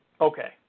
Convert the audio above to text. Okay